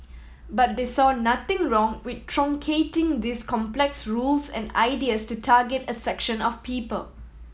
but they saw nothing wrong with truncating these complex rules and ideas to target a section of people